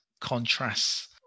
contrasts